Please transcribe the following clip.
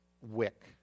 wick